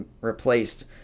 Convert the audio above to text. replaced